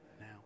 now